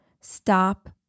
Stop